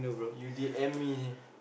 you did admit